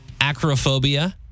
acrophobia